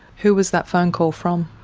who was that phone call from?